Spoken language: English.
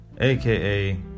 AKA